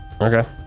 Okay